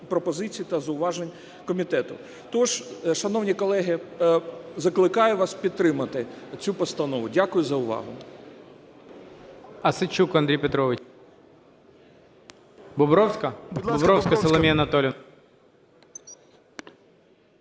та зауважень комітету. Тож, шановні колеги, закликаю вас підтримати цю постанову. Дякую за увагу.